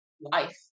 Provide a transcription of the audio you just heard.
life